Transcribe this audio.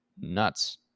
nuts